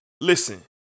Listen